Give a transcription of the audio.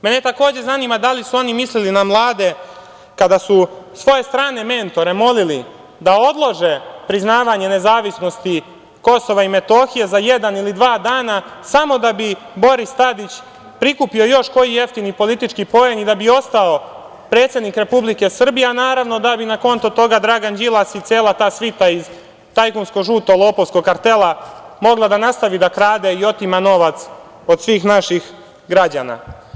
Mene takođe zanima da li su oni mislili na mlade kada su svoje strane mentore molili da odlože priznavanje nezavisnosti KiM za jedan ili dva dana, samo da bi Boris Tadić prikupio još koji jeftini politički poen i da bi ostao predsednik Republike Srbije, a naravno, da bi na konto toga Dragan Đilas i cela ta svita iz tajkunsko-žuto-lopovskog kartela mogla da nastavi da krade i otima novac od svih naših građana.